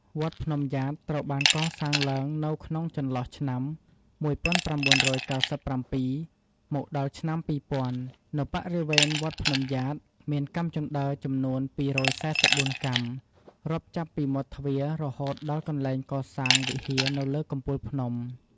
វត្តភ្នំយ៉ាត ត្រូវបានកសាងឡើងនៅក្នុងចន្លោះឆ្នាំ១៩៩៧ មកដល់ឆ្នាំ២០០០ នៅបរិវេនវត្តភ្នំយ៉ាត មានកាំជណ្តើរចំនួន២៤៤កាំ រាប់ចាប់ពីមាត់ទ្វាររហូតដល់កនែ្លងកសាងវិហារនៅលើកំពូលភ្នំ។